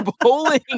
bowling